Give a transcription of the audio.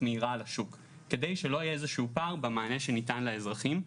מהירה על השוק כדי שלא יהיה פער במענה שניתן לאזרחים.